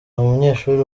umunyeshuri